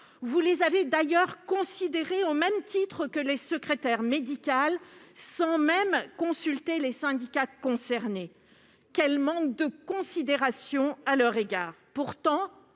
Vous avez d'ailleurs considéré ces professionnels au même titre que les secrétaires médicales, sans même consulter les syndicats concernés. Quel manque de considération à leur égard ! Pourtant,